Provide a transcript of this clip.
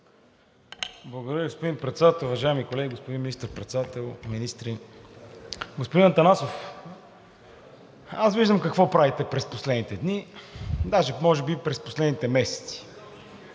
Благодаря, господин Председател. Уважаеми колеги, господин Министър-председател, министри! Господин Атанасов, аз виждам какво правите през последните дни, даже може би през последните месеци.